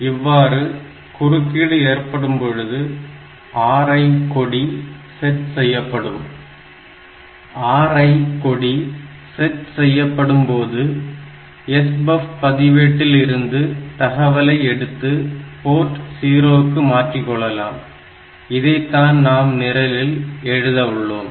இவ்வாறு குறுக்கீடு ஏற்படும்பொழுது RI கொடி செட் செய்யப்படும் RI கொடி செட் செய்யப்படும் போது SBUF பதிவேட்டில் இருந்து தகவலை எடுத்து போர்ட் 0 க்கு மாற்றிக்கொள்ளலாம் இதைத்தான் நாம் நிரலில் எழுத உள்ளோம்